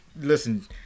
Listen